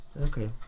Okay